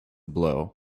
blow